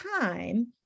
time